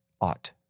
ought